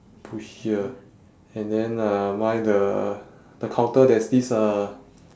push here and then uh mine the the counter there's this uh